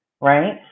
right